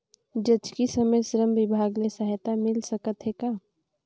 जचकी समय श्रम विभाग ले सहायता मिल सकथे का?